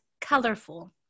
colorful